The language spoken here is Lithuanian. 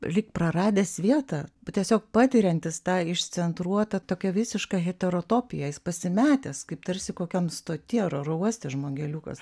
lyg praradęs vietą bet tiesiog patiriantis tą išcentruotą tokią visišką heterotopiją jis pasimetęs kaip tarsi kokiam stoty ar oro uoste žmogeliukas